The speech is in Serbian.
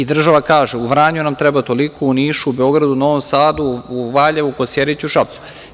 Država kaže, u Vranju nam treba toliko, u Nišu, Beogradu, Novom Sadu, u Valjevu, u Kosjeriću, Šapcu.